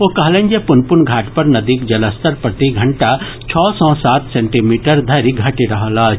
ओ कहलनि जे पुनपुन घाट पर नदीक जलस्तर प्रतिघंटा छओ सॅ सात सेंटीमीटर धरि घटि रहल अछि